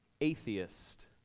atheist